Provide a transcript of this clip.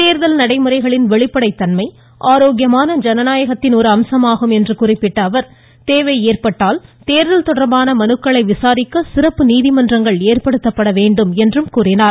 தேர்தல் நடைமுறைகளின் வெளிப்படைத்தன்மை ஆரோக்கியமான ஜனநாயகத்தின் ஒரு அம்சமாகும் என்று குறிப்பிட்ட அவர் தேவை ஏற்பட்டால் தேர்தல் தொடர்பான மனுக்களை விசாரிக்க சிறப்பு நீதிமன்றங்கள் ஏற்படுத்தப்பட வேண்டும் என்றார்